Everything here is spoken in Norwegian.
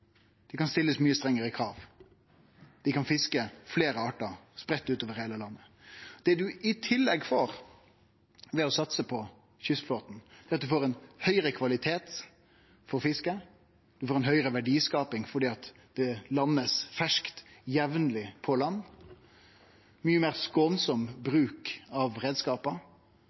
kan stillast mykje strengare krav. Dei kan fiske fleire artar, spreidd ut over heile landet. Det ein i tillegg får ved å satse på kystflåten, er at ein får ein høgare kvalitet på fisken. Ein får ei høgare verdiskaping fordi fisken blir landa jamleg fersk på land, med mykje meir skånsam bruk av